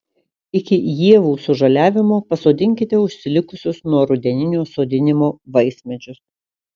iki ievų sužaliavimo pasodinkite užsilikusius nuo rudeninio sodinimo vaismedžius